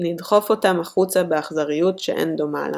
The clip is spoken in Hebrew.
נדחוף אותם החוצה באכזריות שאין דומה לה".